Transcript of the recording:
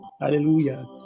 hallelujah